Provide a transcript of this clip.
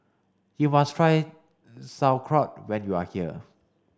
you must try Sauerkraut when you are here